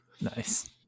Nice